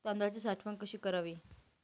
तांदळाची साठवण कशी करावी?